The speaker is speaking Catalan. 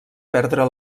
perdre